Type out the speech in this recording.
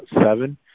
Seven